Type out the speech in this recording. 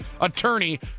attorney